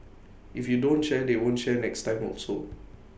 if you don't share they won't share next time also